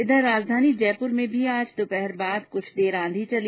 इधर राजधानी जयपूर में भी दोपहर बाद कुछ देर आंधी चली